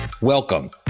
Welcome